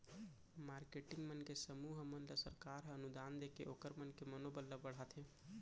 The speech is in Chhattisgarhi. मारकेटिंग मन के समूह मन ल सरकार ह अनुदान देके ओखर मन के मनोबल ल बड़हाथे